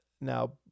Now